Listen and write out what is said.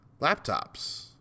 laptops